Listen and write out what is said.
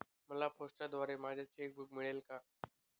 मला पोस्टाद्वारे माझे चेक बूक मिळाले आहे